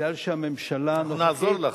אנחנו נעזור לך.